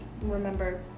remember